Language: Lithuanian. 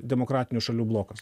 demokratinių šalių blokas